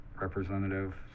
representative